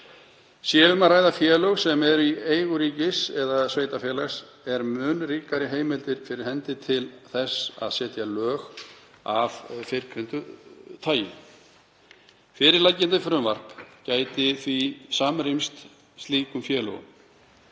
„Sé um að ræða félög sem eru í eigu ríkis eða sveitarfélaga eru mun ríkari heimildir fyrir hendi til þess að setja lög af fyrrgreindu tagi. Fyrirliggjandi frumvarp gæti því samrýmst slíkum félögum.